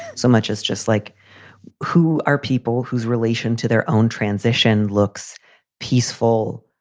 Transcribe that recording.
so much as just like who are people whose relation to their own transition looks peaceful.